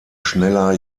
schneller